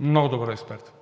много добър експерт,